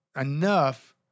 enough